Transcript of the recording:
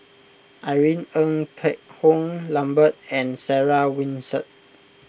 Irene Ng Phek Hoong Lambert and Sarah Winstedt